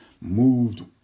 moved